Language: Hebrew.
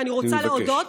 אני מבקש.